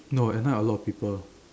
no at night a lot of people